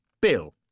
Bill